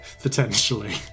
potentially